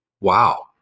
Wow